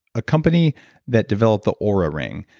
a company that developed the oura ring.